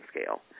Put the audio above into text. scale